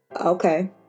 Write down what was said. Okay